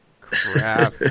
Crap